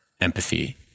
empathy